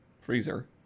freezer